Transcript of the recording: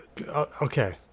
Okay